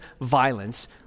violence